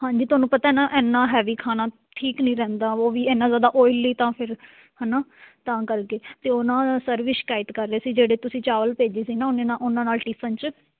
ਹਾਂਜੀ ਤੁਹਾਨੂੰ ਪਤਾ ਹੈ ਨਾ ਇੰਨਾ ਹੈਵੀ ਖਾਣਾ ਠੀਕ ਨਹੀਂ ਰਹਿੰਦਾ ਉਹ ਵੀ ਇੰਨਾ ਜ਼ਿਆਦਾ ਓਈਲੀ ਤਾਂ ਫਿਰ ਹੈ ਨਾਂ ਤਾਂ ਕਰਕੇ ਅਤੇ ਉਹ ਨਾ ਸਰ ਵੀ ਸ਼ਿਕਾਇਤ ਕਰ ਰਹੇ ਸੀ ਜਿਹੜੇ ਤੁਸੀਂ ਚਾਵਲ ਭੇਜੇ ਸੀ ਨਾ ਉਹਨੇ ਨਾ ਉਹਨਾਂ ਨਾਲ ਟੀਫਨ 'ਚ